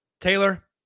Taylor